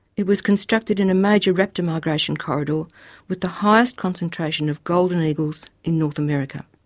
it was constructed in a major raptor migration corridor with the highest concentration of golden eagles in north america.